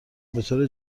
بطور